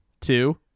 two